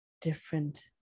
different